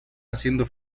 haciendo